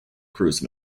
cruise